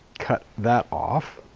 cut that off.